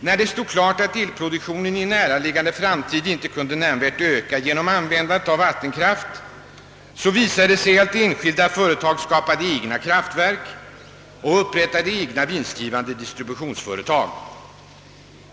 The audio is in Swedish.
Då det stod klart att elproduktionen i en näraliggande framtid inte kunde nämnvärt öka genom användandet av vattenkraft, visade det sig hur enskilda företag skapade egna kraftverk och upprättade egna vinstgivande distributionsföretag.